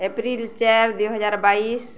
April ଚାରି ଦୁଇ ହଜାର ବାଇଶି